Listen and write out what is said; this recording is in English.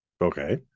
Okay